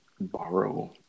borrow